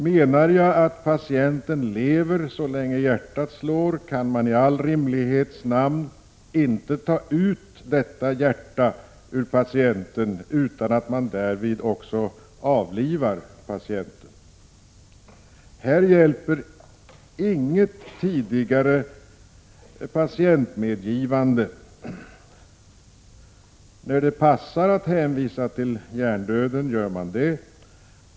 ——— Menar jag att patienten lever så länge hjärtat slår kan man i all rimlighets namn inte ta ut detta hjärta ur patienten utan att man därvid också avlivar patienten. Här hjälper inget tidigare patientmedgivande. När det passar att hänvisa till hjärndöden gör man det.